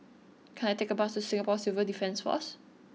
can I take a bus to Singapore Civil Defence Force